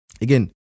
again